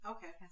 Okay